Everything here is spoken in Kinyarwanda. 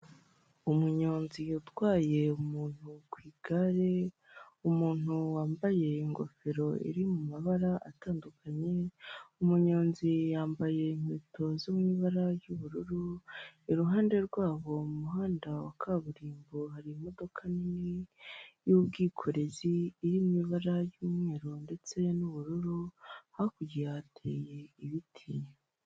Umunyonzi utwaye umuntu ku igare, umuntu wambaye ingofero iri mu mabara atandukanye, umunyonzi yambaye inkweto zo mu ibara ry'ubururu, iruhande rwabo mu muhanda wa kaburimbo hari imodoka nini y'ubwikorezi iri mu ibara ry'umweru ndetse n'ubururu, hakurya hateye ibiti.